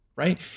Right